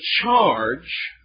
charge